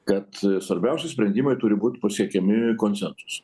kad svarbiausi sprendimai turi būt pasiekiami konsensusu